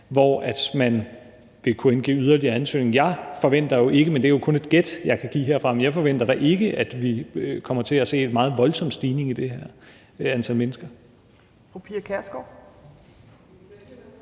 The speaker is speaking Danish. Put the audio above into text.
hvor man vil kunne indgive yderligere ansøgninger. Jeg forventer da ikke – men det er jo kun et gæt, jeg kan give herfra – at vi kommer til at se en meget voldsom stigning i antallet af mennesker.